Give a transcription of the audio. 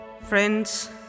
friends